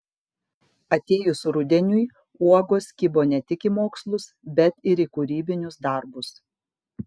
atėjus rudeniui uogos kibo ne tik į mokslus bet ir į kūrybinius darbus